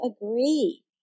agree